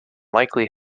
likely